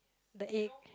the egg